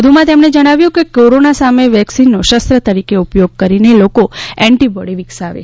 વધુમાં તેમણે જણાવ્યું કે કોરોના સામે વેક્સિનનો શસ્ત્ર તરીકે ઉપયોગ કરીને લોકો એન્ટીબોડી વિકસાવે